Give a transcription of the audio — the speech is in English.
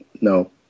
no